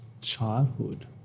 Childhood